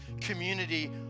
community